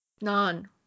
None